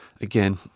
again